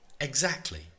Exactly